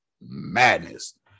madness